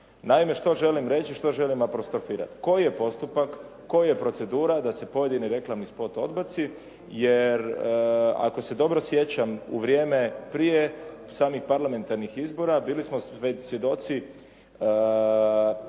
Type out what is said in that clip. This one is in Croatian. Naime, što želim reći, što želim apostrofirati? Koji je postupak, koja je procedura da se pojedini reklamni spot odbaci jer ako se dobro sjećam, u vrijeme prije samih parlamentarnih izbora bili smo svjedoci